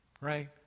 Right